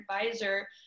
advisor